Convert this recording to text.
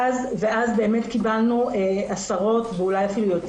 ואז באמת קיבלנו עשרות ואולי אפילו יותר,